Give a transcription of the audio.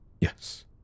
Yes